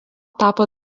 tapo